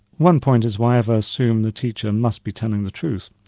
one point is why ever assume the teacher must be telling the truth.